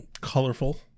colorful